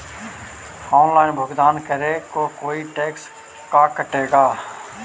Online भुगतान करे को कोई टैक्स का कटेगा?